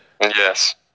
yes